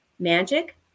magic